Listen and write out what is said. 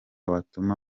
watuma